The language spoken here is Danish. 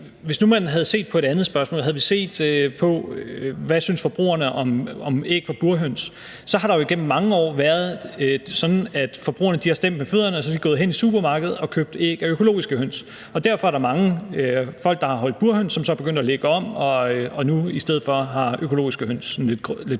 Hvis nu man havde set på et andet spørgsmål, altså f.eks. havde set på, hvad forbrugerne synes om æg fra burhøns, så ville man se, at det jo igennem mange år har været sådan, at forbrugerne har stemt med fødderne og er gået hen i supermarkedet og har købt æg af økologiske høns. Og derfor er der mange folk, der har holdt burhøns, som så er begyndt at lægge om og nu i stedet for har økologiske høns – sådan